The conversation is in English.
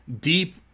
deep